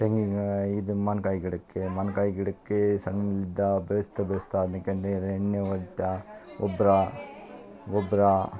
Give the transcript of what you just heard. ತೆಂಗಿನ ಇದು ಮಾವಿನ್ಕಾಯಿ ಗಿಡಕ್ಕೆ ಮಾವಿನ್ಕಾಯಿ ಗಿಡಕ್ಕೇ ಸಣ್ಣಿಂದ ಬೆಳೆಸ್ತಾ ಬೆಳೆಸ್ತಾ ಅದಕ್ಕೆ ನೀರು ಎಣ್ಣೆ ಹೊಡಿತಾ ಗೊಬ್ಬರ ಗೊಬ್ಬರ